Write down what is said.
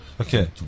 okay